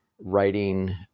writing